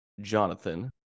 Jonathan